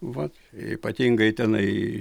va ypatingai tenai